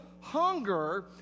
hunger